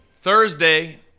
Thursday